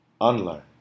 unlearn